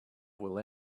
will